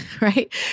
right